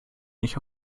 nicht